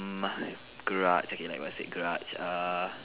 my garage okay like what I say garage err